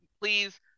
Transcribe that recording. please